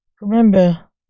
Remember